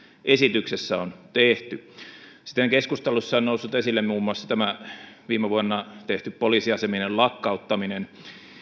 esityksessä on tehty keskustelussa on noussut esille muun muassa viime vuonna tehty poliisiasemien lakkauttaminen